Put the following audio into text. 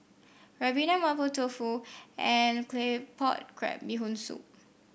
ribena Mapo Tofu and Claypot Crab Bee Hoon Soup